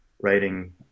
writing